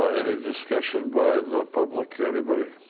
any discussion by the public or anybody.